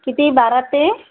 किती बारा ते